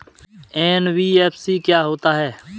NBFC क्या होता है?